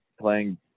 playing